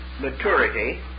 maturity